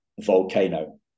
volcano